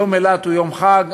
יום אילת הוא יום חג.